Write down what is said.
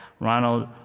Ronald